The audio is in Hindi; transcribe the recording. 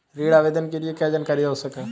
ऋण आवेदन के लिए क्या जानकारी आवश्यक है?